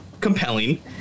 compelling